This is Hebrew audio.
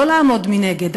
לא לעמוד מנגד,